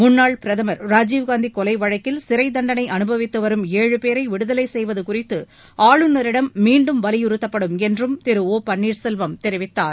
முன்னாள் பிரதமர் ராஜீவ் காந்தி கொலை வழக்கில் சிறைத்தண்டனை அனுபவித்து வரும் ஏழு பேரை விடுதலை செய்வது குறித்து ஆளுநரிடம் மீண்டும் வலியுறுத்தப்படும் என்றும் திரு ஒ பன்னீர்செல்வம் தெரிவித்தார்